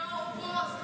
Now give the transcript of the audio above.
בועז,